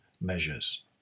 measures